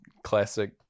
Classic